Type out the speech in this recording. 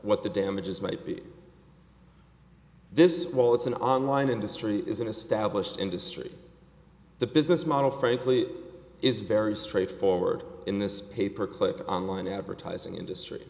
what the damages might be this is while it's an online industry is an established industry the business model frankly is very straightforward in this paper clip online advertising industry